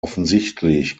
offensichtlich